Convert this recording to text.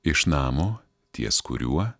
iš namo ties kuriuo